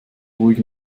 ruhig